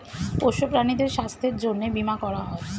পোষ্য প্রাণীদের স্বাস্থ্যের জন্যে বীমা করা হয়